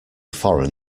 foreign